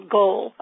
goal